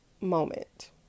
moment